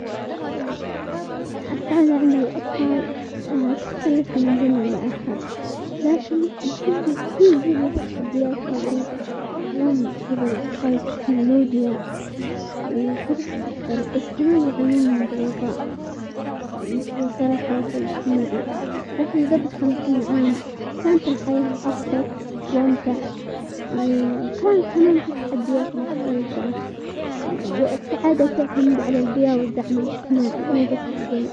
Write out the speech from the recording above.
السعادة عند الاطفال تختلف من زمن لاخر، لكن لكل-كل جيل له تحدياته وظروفه، اليوم في للاطفال التكنولوجيا، وفرص اكثر بس كمان يعانون من ضغوطات، مثل وسائل الاجتماعي، الحين قبل خمسين عام كانت الحياة ابسط وامتع، وكان كمان في تحديات مختلفة ،والسعادة تعتمد على البيئة والدعم الاجتماعي مو بس بالزمن.